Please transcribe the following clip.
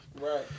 Right